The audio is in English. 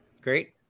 Great